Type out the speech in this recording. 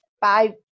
five